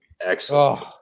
Excellent